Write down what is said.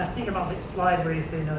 think about the slide where you say,